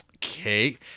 Okay